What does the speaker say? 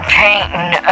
painting